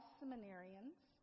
seminarians